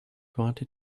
wanted